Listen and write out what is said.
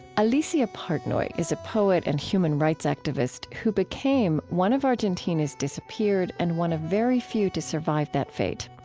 alicia partnoy is a poet and human rights activist who became one of argentina's disappeared and one of very few to survive that fate.